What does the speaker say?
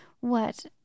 What